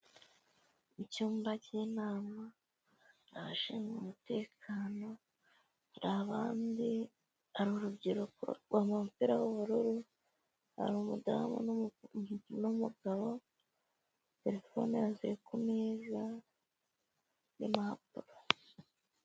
Icyumba cy'inama, abashinzwe umutekano, hari abandi hari urubyiruko rwambaye imipira y'ubururu, hari umudamu n'umugabo, telefone ziri ku meza n'impapuro.